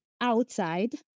outside